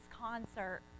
concert